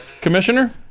Commissioner